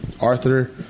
Arthur